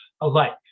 alike